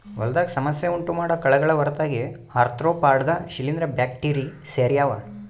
ಹೊಲದಾಗ ಸಮಸ್ಯೆ ಉಂಟುಮಾಡೋ ಕಳೆಗಳ ಹೊರತಾಗಿ ಆರ್ತ್ರೋಪಾಡ್ಗ ಶಿಲೀಂಧ್ರ ಬ್ಯಾಕ್ಟೀರಿ ಸೇರ್ಯಾವ